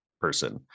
person